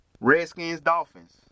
Redskins-Dolphins